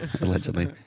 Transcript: allegedly